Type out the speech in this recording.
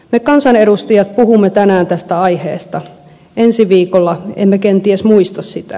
me kansanedustajat puhumme tänään tästä aiheesta ensi viikolla emme kenties muista sitä